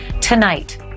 tonight